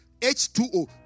H2O